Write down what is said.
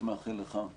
מאחר וזו גם ועדת